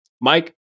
Mike